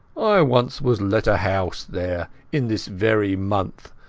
ai once was lent a house there in this very month,